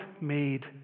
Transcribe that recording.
made